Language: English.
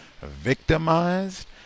victimized